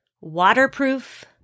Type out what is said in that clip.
waterproof